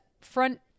front